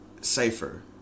safer